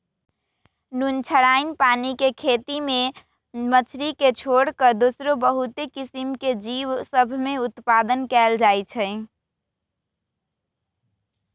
नुनछ्राइन पानी के खेती में मछरी के छोर कऽ दोसरो बहुते किसिम के जीव सभ में उत्पादन कएल जाइ छइ